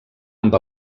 amb